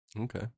Okay